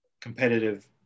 competitive